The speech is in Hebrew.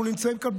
אנחנו נמצאים כאן,